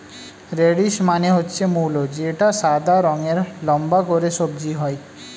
radish মানে হচ্ছে মূলো যা সাদা রঙের লম্বা করে সবজি হয়